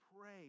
pray